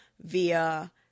via